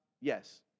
Yes